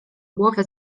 głowę